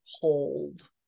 hold